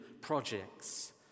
projects